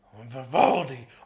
Vivaldi